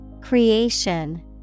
Creation